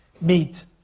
meet